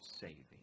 saving